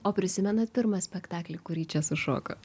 o prisimenat pirmą spektaklį kurį čia sušokot